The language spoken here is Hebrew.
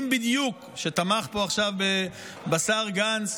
שתמך פה עכשיו בשר גנץ.